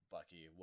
Bucky